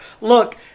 Look